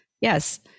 Yes